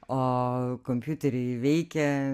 o kompiuteriai veikia